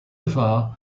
far